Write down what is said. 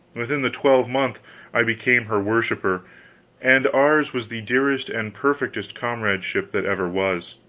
within the twelvemonth i became her worshiper and ours was the dearest and perfectest comradeship that ever was.